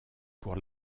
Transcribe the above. pour